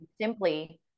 simply